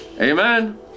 Amen